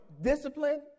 discipline